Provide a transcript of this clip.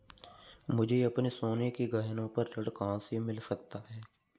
मुझे अपने सोने के गहनों पर ऋण कहाँ से मिल सकता है?